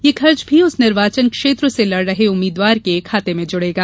यह खर्च भी उस निर्वाचन क्षेत्र से लड़ रहे उम्मीदवार के खाते में जुड़ेगा